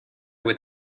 with